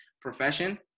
profession